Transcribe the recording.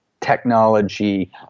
technology